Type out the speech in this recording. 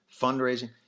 fundraising